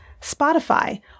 Spotify